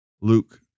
Luke